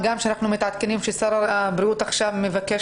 מה גם שאנחנו מתעדכנים ששר הבריאות עכשיו מבקש